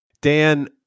Dan